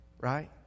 Right